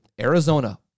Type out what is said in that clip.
Arizona